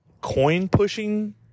coin-pushing